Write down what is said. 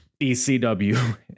ECW